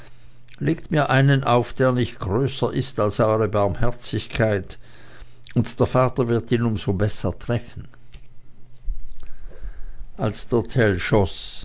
legt mir einen auf der nicht größer ist als euere barmherzigkeit und der vater wird ihn um so besser treffen als der